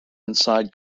inside